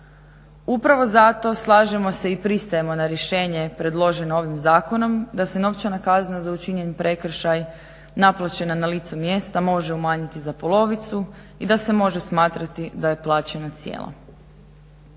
Upravo zato slažemo se i pristajemo na rješenje predloženo ovim zakonom, da se novčana kazna za učinjen prekršaj naplaćena na licu mjesta može umanjiti za polovicu i da se može smatrati da je plaćena cijela.